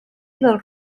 del